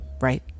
right